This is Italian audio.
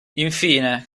infine